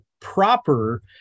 proper